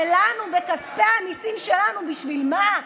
שלנו, בכספי המיסים שלנו, בשביל מה?